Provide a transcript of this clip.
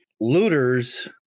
looters